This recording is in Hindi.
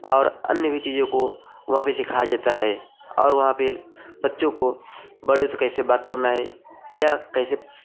और अन्य भी चीज़ों को वहाँ पर सिखाया जाता है और वहाँ पर बच्चों को बड़ों से कैसे बात करना है या कैसे